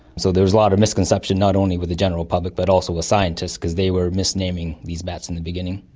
so there is a lot of misconception, not only with the general public but also with scientists because they were misnaming these bats in the beginning.